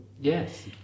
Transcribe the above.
Yes